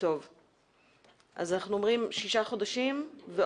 אנחנו אומרים: שישה חודשים.